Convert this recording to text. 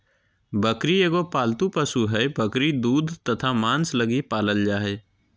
बकरी एगो पालतू पशु हइ, बकरी दूध तथा मांस लगी पालल जा हइ